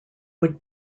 would